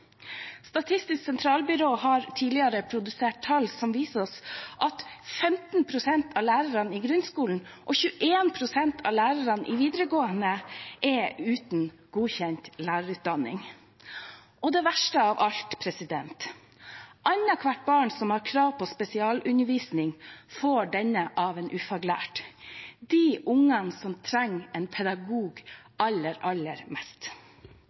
Statistisk sentralbyrå har tidligere publisert tall som viser at 15 pst. av lærerne i grunnskolen og 21 pst. av lærerne i videregående er uten godkjent lærerutdanning. Det verste av alt er at annethvert barn som har krav på spesialundervisning, får denne av en ufaglært – de ungene som trenger en pedagog aller, aller mest.